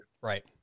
Right